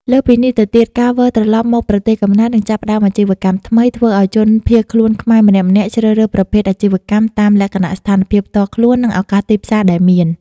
លើសពីនេះទៅទៀត ការវិលត្រឡប់មកប្រទេសកំណើតនិងចាប់ផ្តើមអាជីវកម្មថ្មី ធ្វើឲ្យជនភៀសខ្លួនខ្មែរម្នាក់ៗជ្រើសរើសប្រភេទអាជីវកម្មតាមលក្ខណៈស្ថានភាពផ្ទាល់ខ្លួន និងឱកាសទីផ្សារដែលមាន។